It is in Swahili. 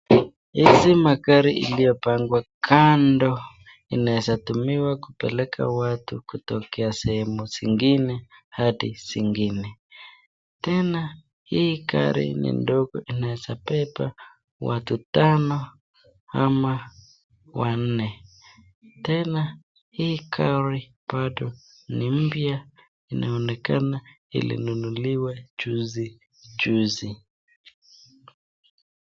Hizi magari iliopangwa kando inaeza tumiwa kupeleka watu kutokea sehemu zingine hadi zingine, tena hii gari ni ndogo inaweza beba watu tano ama wanne, tena hii gari bado ni mpya inaonekana ilinunuliwa juzi juzi.